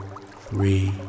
Three